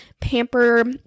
pamper